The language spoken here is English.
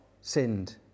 sinned